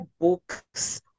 books